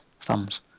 thumbs